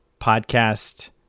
podcast